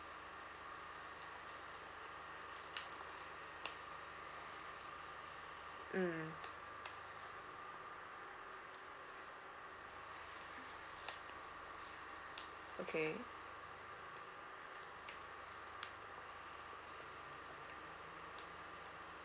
mm okay